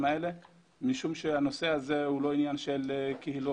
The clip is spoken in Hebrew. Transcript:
האלה משום שהנושא הזה הוא לא עניין של קהילות,